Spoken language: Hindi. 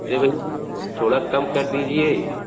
अरे भईया थोड़ा कम कर दीजिए